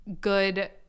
good